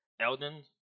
Elden